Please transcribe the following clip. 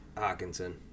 Hawkinson